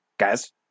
Guys